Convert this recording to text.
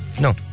no